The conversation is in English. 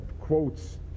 quotes